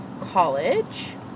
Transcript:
college